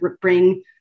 bring